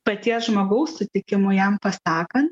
paties žmogaus sutikimu jam pasakant